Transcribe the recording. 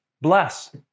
Bless